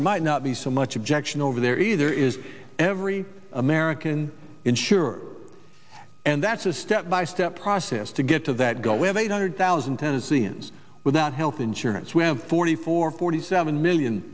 there might not be so much objection over there either is every american insure and that's a step by step process to get to that goal we have eight hundred thousand tennesseans without health insurance we have forty four forty seven million